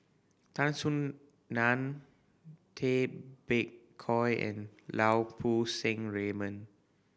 Tan Soo Nan Tay Bak Koi and Lau Poo Seng Raymond